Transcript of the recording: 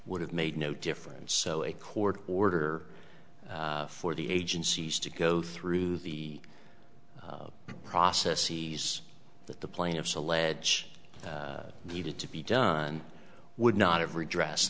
would have made no difference so a court order for the agencies to go through the process sees that the plaintiffs allege that needed to be done would not have redress